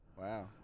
Wow